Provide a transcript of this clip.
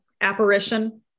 apparition